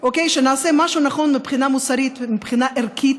שנעשה משהו נכון מבחינה מוסרית ומבחינה ערכית,